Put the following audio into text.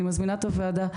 אני מזמינה את הוועדה,